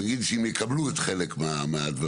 נגיד שאם יקבלו את חלק מהדברים,